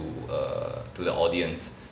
to err to the audience